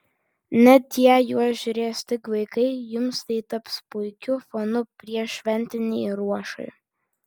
net jei juos žiūrės tik vaikai jums tai taps puikiu fonu prieššventinei ruošai